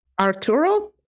Arturo